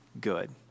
good